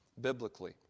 biblically